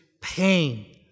pain